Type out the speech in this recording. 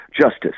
justice